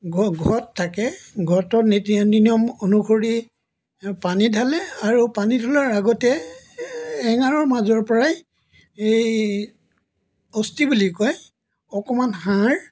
ঘ ঘট থাকে ঘটৰ নীতি নিয়ম অনুসৰি পানী ঢালে আৰু পানী ঢলাৰ আগতে এঙাৰৰ মাজৰ পৰাই এই অস্থি বুলি কয় অকণমান হাড়